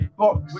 box